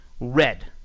red